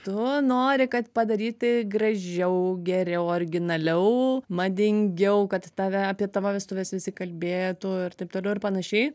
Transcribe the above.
tu nori kad padaryti gražiau geriau originaliau madingiau kad tave apie tavo vestuves visi kalbėtų ir taip toliau ir panašiai